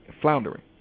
floundering